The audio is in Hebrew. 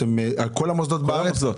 על כל המוסדות בארץ?